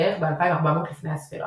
בערך ב-2400 לפנה"ס.